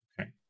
Okay